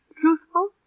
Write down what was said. truthful